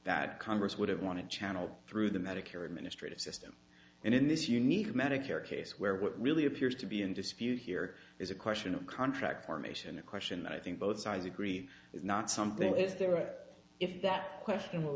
that congress would have want to channel through the medicare administrative system and in this unique medicare case where what really appears to be in dispute here is a question of contract formation a question that i think both sides agree is not something is there if that question will